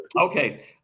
Okay